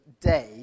day